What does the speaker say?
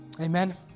Amen